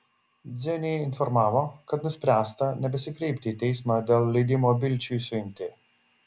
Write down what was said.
dzenį informavo kad nuspręsta nebesikreipti į teismą dėl leidimo bilčiui suimti